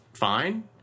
fine